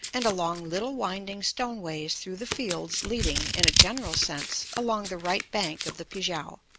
and along little winding stone-ways through the fields leading, in a general sense, along the right bank of the pi-kiang.